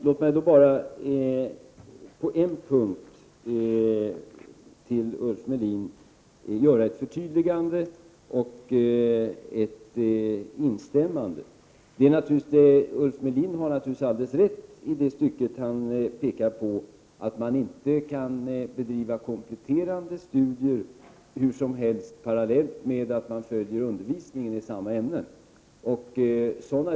Herr talman! Jag vill till Ulf Melin på en punkt göra ett förtydligande och ett instämmande. Ulf Melin har naturligtvis alldeles rätt när han påpekar att man inte hur som helst kan bedriva kompletterande studier parallellt med att man följer undervisningen i samma ämnen.